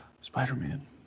Spider-Man